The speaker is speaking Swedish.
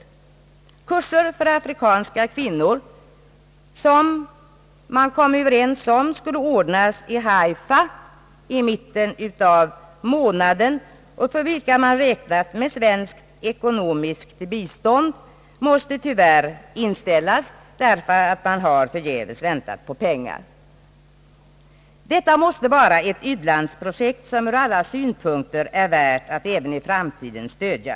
De kurser för afrikanska kvinnor, vilka enligt vad man kommit överens om skulle ha anordnats i Haifa i mitten av månaden och för vilka man hade räknat med svenskt ekonomiskt bistånd, riskerar att få inställas. Man har förgäves väntat på pengar till dem. Detta måste vara ett u-landsprojekt som från alla synpunkter är värt att även i framtiden stödja.